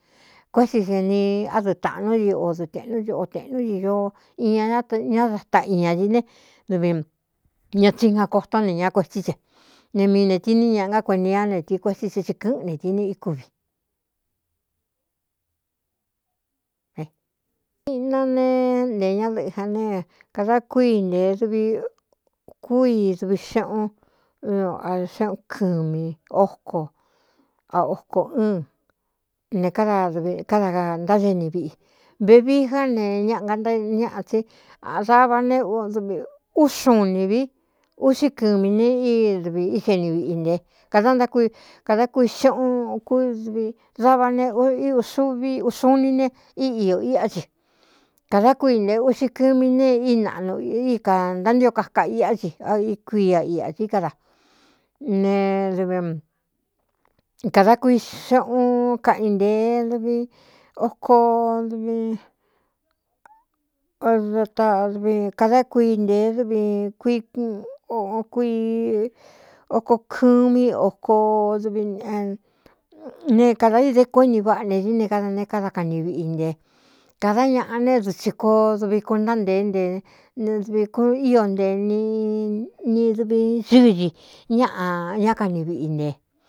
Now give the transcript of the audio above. Kuési seni ádɨɨ tāꞌnú di o dɨtēꞌnú oꞌotēꞌnú di ñoo i ñ ñáda taꞌ iñā di ne dvi ña tsigan kotón ne ña kuetsí se ne mii ne tiní ñaꞌa gá kueni ñá netīi kuetí tse tsi kɨ́ꞌɨn ne tini íkuviiꞌna ne nte ñádɨꞌɨ a ne kādá kuii ntee dvi kú i duvi xeꞌun xeꞌn kɨmi óko a oco ɨɨn ne kádavkáda ntáce ni viꞌi vevií já ne ñaꞌa anañaꞌa tsi dava ndv ú xuun inī vi uꞌxí kɨmī ne dvi ieni viꞌi nté kādá ná kikadá kui xeꞌun kvi dava ne uxuvi uxu ni ne í iō iꞌá dsi kādá kui nte uꞌxi kɨmi ne í naꞌnu i kā ntántío kaka iꞌá tsi ikui iꞌadsi ká da ne kāda kuixeꞌun kaꞌi nteedvodátadvkadá kui ntee dvkuioko kɨmí oovne kādā i de kuéꞌni váꞌa ne dí ne káda ne káda kani viꞌi nte kādá ñaꞌa né du tsi koo duvi kun ntá nteé nt dvi ku ío nte nni duvi sɨñi ñaꞌa ñá kani viꞌi nte.